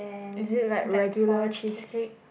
is it like regular cheesecake